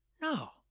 no